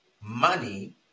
money